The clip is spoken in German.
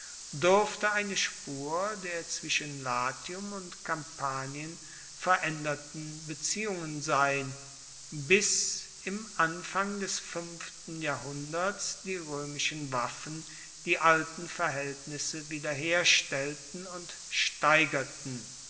duerfte eine spur der zwischen latium und kampanien veraenderten beziehungen sein bis im anfang des fuenften jahrhunderts die roemischen waffen die alten verhaeltnisse wiederherstellten und steigerten